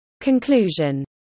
Conclusion